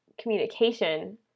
communication